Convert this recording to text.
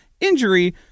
injury